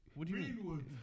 Greenwood